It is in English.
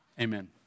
Amen